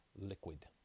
liquid